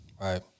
Right